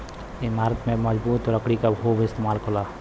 इमारत में मजबूत लकड़ी क खूब इस्तेमाल होला